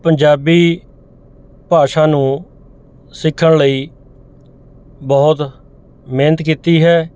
ਪੰਜਾਬੀ ਭਾਸ਼ਾ ਨੂੰ ਸਿੱਖਣ ਲਈ ਬਹੁਤ ਮਿਹਨਤ ਕੀਤੀ ਹੈ